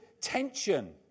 tension